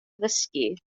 addysgu